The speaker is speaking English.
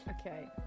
okay